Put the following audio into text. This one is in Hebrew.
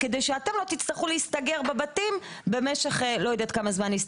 כדי שאתם לא תצטרכו להסגר בבתים במשך לא יודעת כמה זמן.